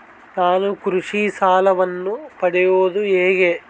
ನಾನು ಕೃಷಿ ಸಾಲವನ್ನು ಪಡೆಯೋದು ಹೇಗೆ?